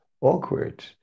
awkward